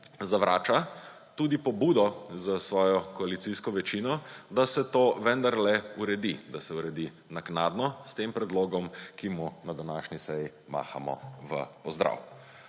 zavrača tudi pobudo za svojo koalicijsko večino, da se to vendarle uredi, – da se uredi naknadno s tem predlogom, ki mu na današnji seji mahamo v pozdrav.